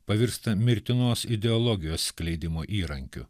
pavirsta mirtinos ideologijos skleidimo įrankiu